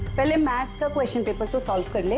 and math so question paper first. ah